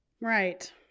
Right